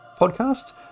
podcast